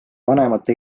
vanemate